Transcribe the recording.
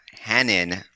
Hanan